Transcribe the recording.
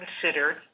considered